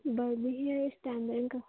Barbie hair ꯁ꯭ꯇꯥꯏꯜꯗ ꯑꯣꯏꯅ ꯀꯛꯁꯦ